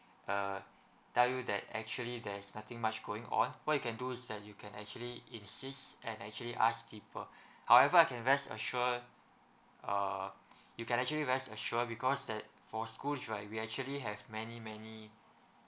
uh tell you that actually there's nothing much going on what you can do is that you can actually insist and actually ask people however I can rest assured uh you can actually rest assured because that for schools right we actually have many many